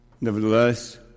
Nevertheless